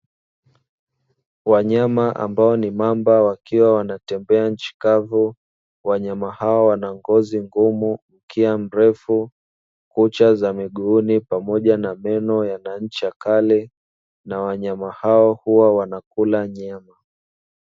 Wanyama ambao ni mamba wakiwa wanatembea nchi kavu, wanyama hawa wana ngozi ngumu, mkia mrefu, kucha za miguuni pamoja na meno yana ncha kali na wanyama hao huwa wanakula nyama.